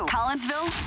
Collinsville